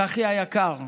צחי היקר,